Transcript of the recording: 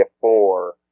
four